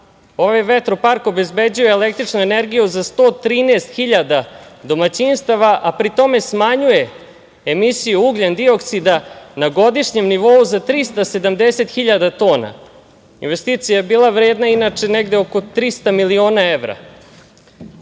vetropark obezbeđuje električnu energiju za 113 hiljada domaćinstava, a pri tome smanjuje emisiju ugljen-dioksida na godišnjem nivou za 370.000 tona. Investicija je bila vredna negde oko 300 miliona